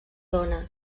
dones